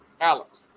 Alex